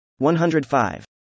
105